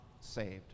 saved